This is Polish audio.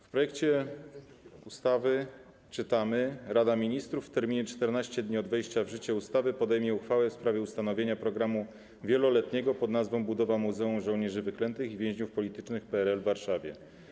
W projekcie ustawy czytamy: Rada Ministrów w terminie 14 dni od wejścia w życie ustawy podejmie uchwałę w sprawie ustanowienia programu wieloletniego pn. „Budowa Muzeum Żołnierzy Wyklętych i Więźniów Politycznych PRL w Warszawie”